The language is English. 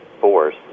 force